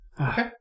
Okay